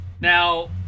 Now